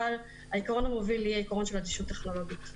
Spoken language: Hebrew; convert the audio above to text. אבל העיקרון המוביל יהיה העיקרון של אדישות טכנולוגית.